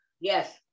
Yes